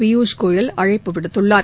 பியூஷ்னேயல் அழைப்பு விடுத்துள்ளார்